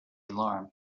alarm